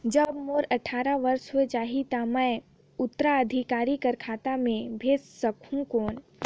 जब मोर अट्ठारह वर्ष हो जाहि ता मैं उत्तराधिकारी कर खाता मे भेज सकहुं कौन?